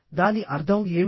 దాని అర్థం ఏమిటి